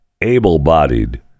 able-bodied